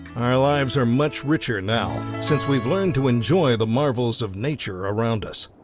our lives are much richer now. since we've learned to enjoy the marvels of nature around us.